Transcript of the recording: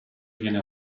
viene